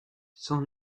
son